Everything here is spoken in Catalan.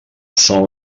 són